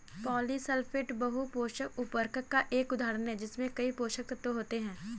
polysulphate बहु पोषक उर्वरक का एक उदाहरण है जिसमें कई पोषक तत्व होते हैं